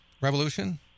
Revolution